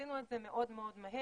עשינו את זה מאוד מאוד מהר.